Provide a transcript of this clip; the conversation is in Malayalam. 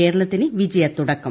കേരളത്തിന് വിജയത്തുടക്കം